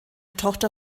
tochter